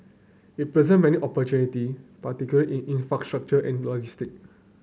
it present many opportunity particularly in infrastructure and logistic